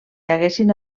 haguessin